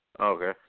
Okay